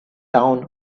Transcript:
town